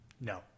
No